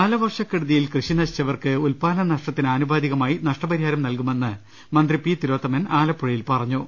കാലവർഷക്കെടുതിയിൽ കൃഷിനശിച്ചവർക്ക് ഉൽപാദന നഷ്ട ത്തിന് ആനുപാതികമായി നഷ്ടപരിഹാര്യം നൽകുമെന്ന് മന്ത്രി പി തിലോത്തമൻ ആലപ്പുഴയിൽ പറഞ്ഞു